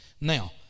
Now